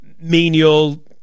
menial